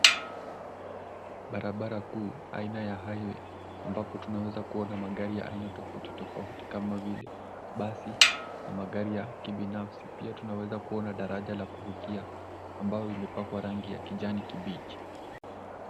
Barabara kuu aina ya highway ambapo tunaweza kuona magari ya aina tofauti tofauti kama vile basi na magari ya kibinafsi. Pia tunaweza kuona daraja la kuvukia ambayo imepakwa rangi ya kijani kibichi.